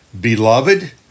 Beloved